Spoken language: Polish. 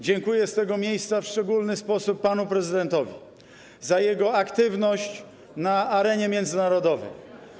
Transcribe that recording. Dziękuję z tego miejsca w szczególny sposób panu prezydentowi za jego aktywność na arenie międzynarodowej.